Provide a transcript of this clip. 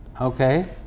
Okay